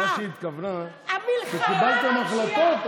מה שהיא התכוונה זה שקיבלתם החלטות,